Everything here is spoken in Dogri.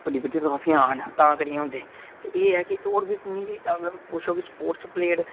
बड़ी बड़ी ट्राॅफी आन तां करिये खेलदे एह् है कि और बी पुच्छो स्पोटस प्लेयर गी